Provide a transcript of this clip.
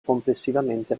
complessivamente